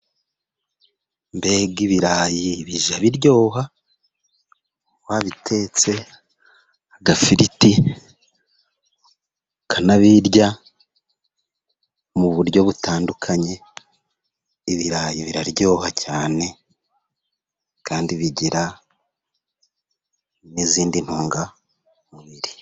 Mbega ibirayi! Bijya biryoha wabitetse agafiriti, ukanabirya mu buryo butandukanye, ibirayi biraryoha cyane, kandi bigira n'izindi ntungamubiri.